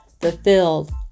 fulfilled